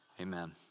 amen